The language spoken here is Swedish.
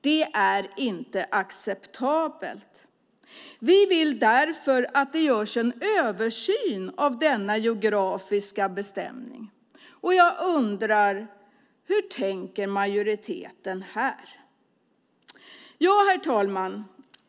Det är inte acceptabelt. Vi vill därför att det görs en översyn över denna geografiska bestämning. Jag undrar: Hur tänker majoriteten här? Herr talman!